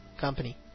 company